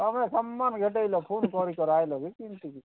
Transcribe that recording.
ତମେ ସମ୍ମାନ ଘଟାଇଲ ପୁଣି କେଉଁଠି କରାଇଲ